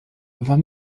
war